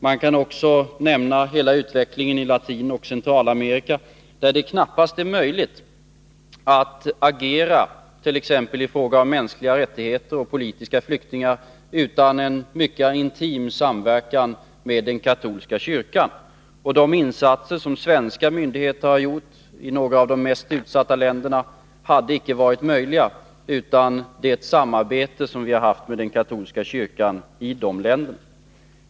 Man kan också nämna hela utvecklingen i Latinoch Centralamerika, där det knappast är möjligt att agera, t.ex. i fråga om mänskliga rättigheter och politiska flyktingar, utan en mycket intim samverkan med den katolska kyrkan. De insatser som svenska myndigheter gjort i några av de mest utsatta länderna hade icke varit möjliga utan det samarbete som vi haft med den katolska kyrkan i dessa länder.